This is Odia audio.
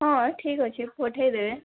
ହଁ ଠିକ୍ ଅଛି ପଠେଇଦେବେ